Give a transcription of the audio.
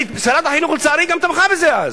שרת החינוך, לצערי, גם תמכה בזה אז.